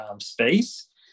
space